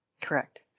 Correct